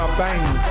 bang